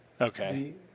okay